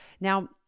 Now